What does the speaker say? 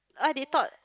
I did thought